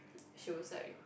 she was like